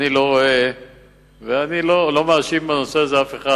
אני לא מאשים בנושא הזה אף אחד,